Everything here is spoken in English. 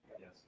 yes